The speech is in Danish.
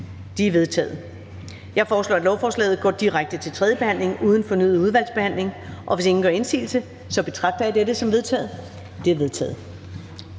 De er vedtaget. Jeg foreslår, at lovforslaget går direkte til tredje behandling uden fornyet udvalgsbehandling. Hvis ingen gør indsigelse, betragter jeg dette som vedtaget. Det er vedtaget.